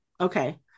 okay